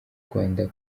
rwanda